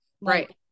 right